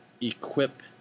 equip